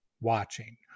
watching